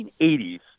1980s